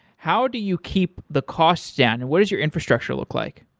how do you keep the costs down? what is your infrastructure look like?